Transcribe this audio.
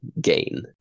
gain